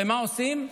ומה עושים?